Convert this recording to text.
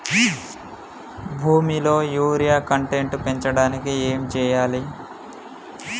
భూమిలో urea content పెంచడానికి ఏం చేయాలి?